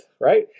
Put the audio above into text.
right